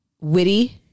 witty